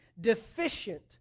deficient